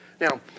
Now